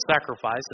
sacrifice